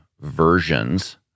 versions